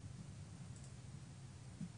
עשרה בעד.